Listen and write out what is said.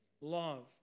love